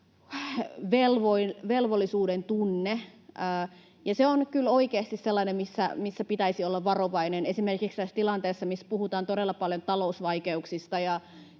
velvollisuudentunne, ja se on kyllä oikeasti sellainen, missä pitäisi olla varovainen. Esimerkiksi tässä tilanteessa, missä puhutaan todella paljon talousvaikeuksista